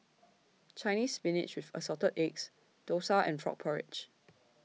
Chinese Spinach with Assorted Eggs Dosa and Frog Porridge